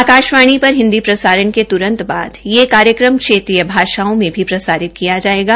आकाशवाणी पर हिन्दी प्रसारण के त्रंत बाद यह कार्यक्रम क्षेत्रीय भाषाओं में प्रसासित किया जायेगा